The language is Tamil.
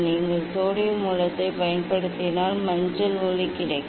நீங்கள் சோடியம் மூலத்தைப் பயன்படுத்தினால் மஞ்சள் ஒளி கிடைக்கும்